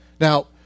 Now